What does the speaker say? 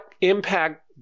impact